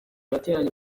yateranye